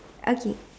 okay